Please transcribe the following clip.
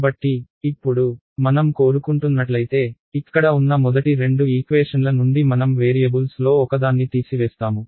కాబట్టి ఇప్పుడు మనం కోరుకుంటున్నట్లైతే ఇక్కడ ఉన్న మొదటి రెండు ఈక్వేషన్ల నుండి మనం వేరియబుల్స్లో ఒకదాన్ని తీసివేస్తాము